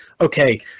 okay